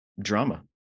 drama